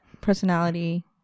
personality